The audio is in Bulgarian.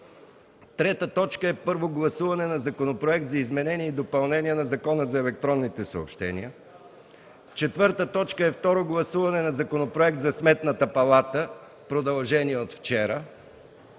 Велчев. 3. Първо гласуване на Законопроект за изменение и допълнение на Закона за електронните съобщения. 4. Второ гласуване на Законопроект за Сметната палата – продължение от вчера.